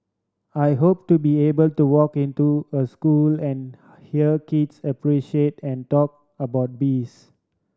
I hope to be able to walk into a school and hear kids appreciate and talk about bees